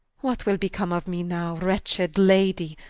what will become of me now, wretched lady?